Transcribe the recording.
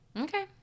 Okay